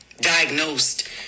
diagnosed